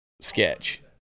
sketch